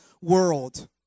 world